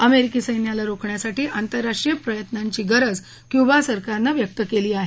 अमेरिकी सैन्याला रोखण्यासाठी आंतरराष्ट्रीय प्रयत्नांची गरज क्युबा सरकारनं व्यक्त केली आहे